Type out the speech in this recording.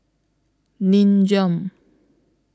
Nin Jiom